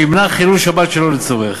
שימנע חילול שבת שלא צורך.